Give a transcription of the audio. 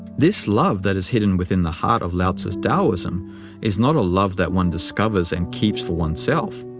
this love that is hidden within the heart of lao-tzu's taoism is not a love that one discovers and keeps for oneself.